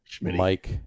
Mike